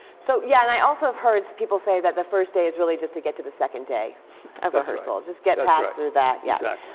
so, yeah and i also have heard people say that the first day is really just to get to the second day of rehearsal. exactly. just get past through that. yes, yeah